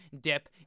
dip